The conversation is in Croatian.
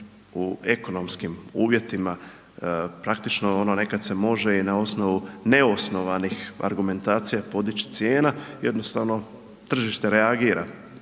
u ekonomskim uvjetima praktično nekad se može i na osnovnu neosnovanih argumentacija podići cijena, jednostavno tržište reagira.